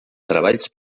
treballs